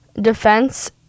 defense